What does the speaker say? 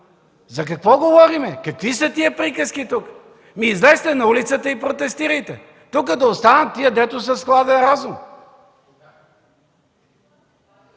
За какво говорим? Какви са тези приказки тук? Ами, излезте на улицата и протестирайте. Тук да останат тези, дето са с хладен разум.